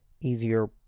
easier